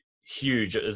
huge